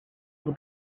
will